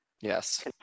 yes